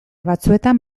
batzuetan